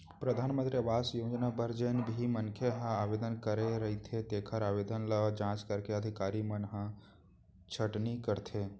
परधानमंतरी आवास योजना बर जेन भी मनखे ह आवेदन करे रहिथे तेखर आवेदन ल जांच करके अधिकारी मन ह छटनी करथे